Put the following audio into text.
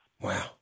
Wow